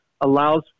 allows –